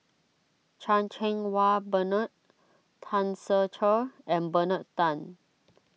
Chan Cheng Wah Bernard Tan Ser Cher and Bernard Tan